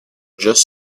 just